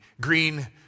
Green